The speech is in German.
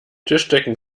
tischdecken